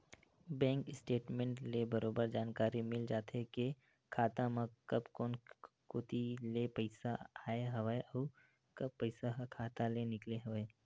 bank statement ले बरोबर जानकारी मिल जाथे के खाता म कब कोन कोती ले पइसा आय हवय अउ कब पइसा ह खाता ले निकले हवय